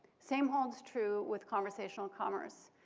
same holds true with conversational commerce.